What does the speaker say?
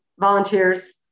volunteers